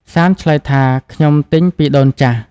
សាន្តឆ្លើយថា “ខ្ញុំទិញពីដូនចាស់”។